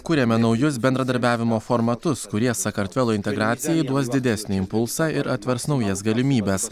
kuriame naujus bendradarbiavimo formatus kurie sakartvelo integracijai duos didesnį impulsą ir atvers naujas galimybes